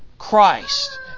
Christ